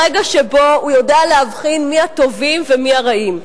ברגע שבו הוא יודע להבחין מי הטובים ומי הרעים.